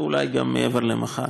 ואולי גם מעבר למחר.